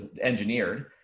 engineered